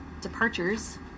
departures